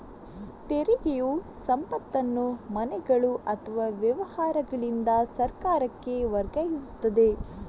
ತೆರಿಗೆಯು ಸಂಪತ್ತನ್ನು ಮನೆಗಳು ಅಥವಾ ವ್ಯವಹಾರಗಳಿಂದ ಸರ್ಕಾರಕ್ಕೆ ವರ್ಗಾಯಿಸುತ್ತದೆ